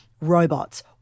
robots